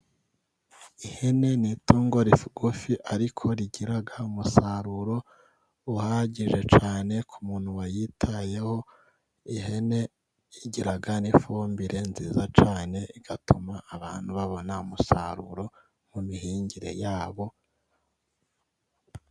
Ihene ni itungo rigufi ariko rigira umusaruro uhagije cyane ku muntu wayitayeho, ihene igira n'ifumbire nziza cyane, igatuma abantu babona umusaruro mu mihingire yabo.